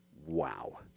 Wow